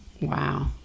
Wow